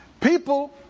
People